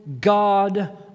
God